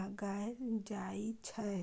लगाएल जाइ छै